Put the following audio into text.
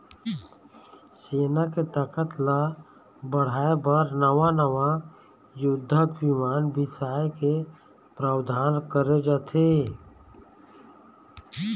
सेना के ताकत ल बढ़ाय बर नवा नवा युद्धक बिमान बिसाए के प्रावधान करे जाथे